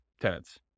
tenants